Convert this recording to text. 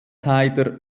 haider